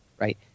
right